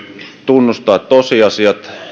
tunnustaa tosiasiat